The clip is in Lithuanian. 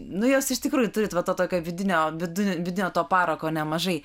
nu jūs iš tikrųjų turit va tokio vidinio vidun vidinio to parako nemažai